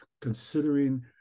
considering